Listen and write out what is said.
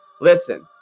Listen